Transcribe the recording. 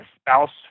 spouse